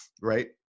Right